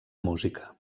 música